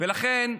ולכן,